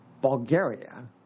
Bulgaria